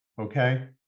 okay